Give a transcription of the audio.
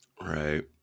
Right